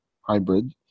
hybrid